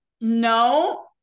No